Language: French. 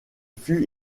fut